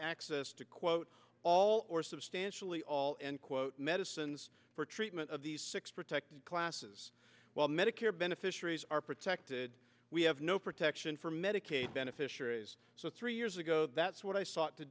access to quote all or substantially all end quote medicines for treatment of the six protected classes while medicare beneficiaries are protected we have no protection for medicaid beneficiaries so three years ago that's what i sought to